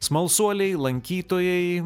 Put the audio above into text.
smalsuoliai lankytojai